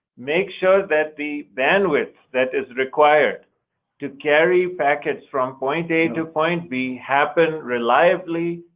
make sure that the bandwidth that is required to carry packets from point a to point b happen reliably,